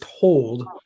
told